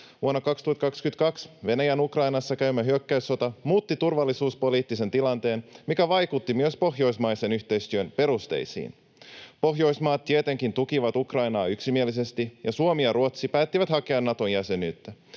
Vuonna 2022 Venäjän Ukrainassa käymä hyökkäyssota muutti turvallisuuspoliittisen tilanteen, mikä vaikutti myös pohjoismaisen yhteistyön perusteisiin. Pohjoismaat tietenkin tukivat Ukrainaa yksimielisesti, ja Suomi ja Ruotsi päättivät hakea Naton jäsenyyttä.